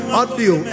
audio